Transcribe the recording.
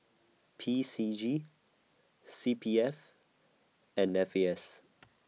P C G C P F and F A S